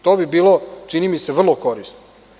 To bi bilo, čini mi se, vrlo korisno.